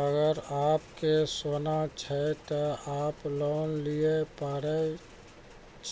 अगर आप के सोना छै ते आप लोन लिए पारे